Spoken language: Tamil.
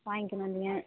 வாங்கிக்கின்னு வந்திங்க